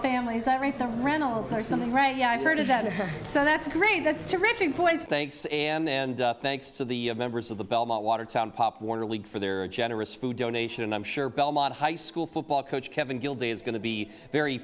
family is that right the reynolds or something right yeah i've heard of that so that's great that's terrific points thanks and thanks to the members of the belmont watertown pop warner league for their generous food donation and i'm sure belmont high school football coach kevin guild is going to be very